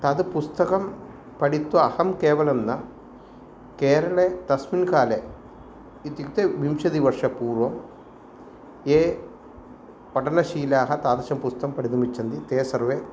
तद् पुस्तकं पठित्वा अहं केवलं न केरळे तस्मिन्न् काले इत्युक्ते विंशतिवर्षपूर्वं ये पठनशीलाः तादृशं पुस्तकं पठितुम् इच्छन्ति ते सर्वे